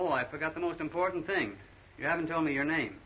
oh i forgot the most important thing you haven't told me your name